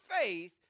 faith